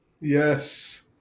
Yes